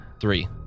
Three